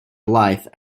blythe